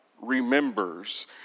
remembers